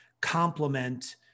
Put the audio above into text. complement